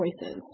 choices